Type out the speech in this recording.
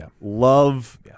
love-